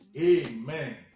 Amen